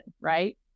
Right